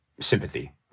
sympathy